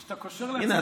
שאתה קושר לעצמך כתרים,